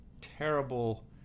terrible